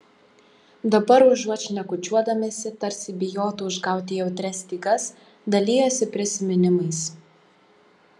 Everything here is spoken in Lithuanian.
dabar užuot šnekučiuodamiesi tarsi bijotų užgauti jautrias stygas dalijosi prisiminimais